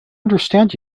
understand